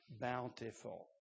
bountiful